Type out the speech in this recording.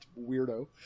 weirdo